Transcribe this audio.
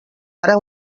ara